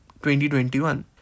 2021